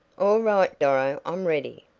all right, doro, i'm ready.